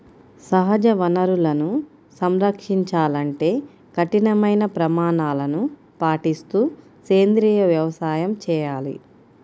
సహజ వనరులను సంరక్షించాలంటే కఠినమైన ప్రమాణాలను పాటిస్తూ సేంద్రీయ వ్యవసాయం చేయాలి